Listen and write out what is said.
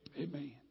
Amen